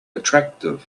attractive